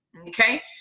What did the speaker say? Okay